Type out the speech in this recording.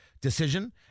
decision